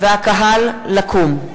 והקהל לקום.